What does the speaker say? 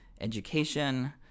education